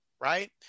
right